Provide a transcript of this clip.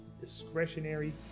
discretionary